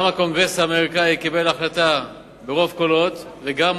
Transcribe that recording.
גם הקונגרס האמריקני קיבל החלטה ברוב קולות, וגם